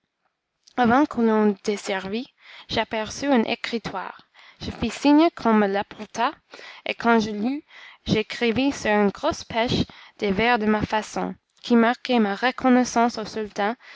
avant que l'on desservît j'aperçus une écritoire je fis signe qu'on me l'apportât et quand je l'eus j'écrivis sur une grosse pêche des vers de ma façon qui marquaient ma reconnaissance au sultan